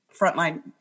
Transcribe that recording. frontline